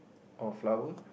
or flower